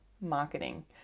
marketing